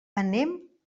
anem